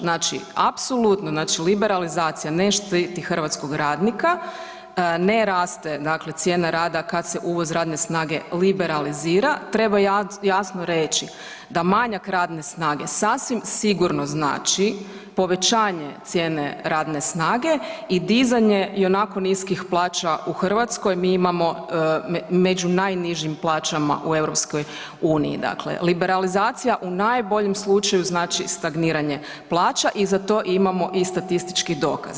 Znači apsolutno, znači liberalizacija ne štiti hrvatskog radnika, ne raste, dakle cijena rada kad se uvoz radne snage liberalizira, treba jasno reći da manjak radne snage sasvim sigurno znači povećanje cijene radne snage i dizanje ionako niskih plaća u Hrvatskoj, mi imamo među najnižim plaćama u EU-u, dakle liberalizacija u najboljim slučaju znači stagniranje plaća i za to imamo i statistički dokaz.